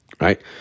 Right